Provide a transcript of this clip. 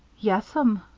yes'm,